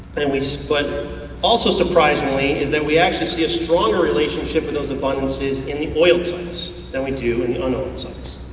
and so but also surprisingly is that we actually see a stronger relationship in those abundances in the oiled sites than we do in the unoiled sites.